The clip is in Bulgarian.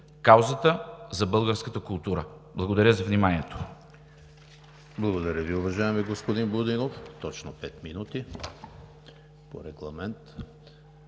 каузата за българската култура! Благодаря за вниманието.